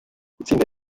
gutsinda